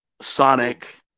Sonic